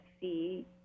see